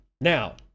Now